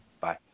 Bye